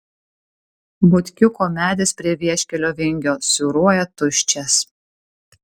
butkiuko medis prie vieškelio vingio siūruoja tuščias